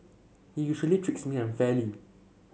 he usually me unfairly